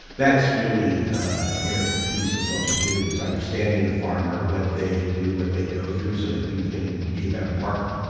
that's really an integral piece of what we do is understanding the farmer what they do, what they go through so that you can be a better partner.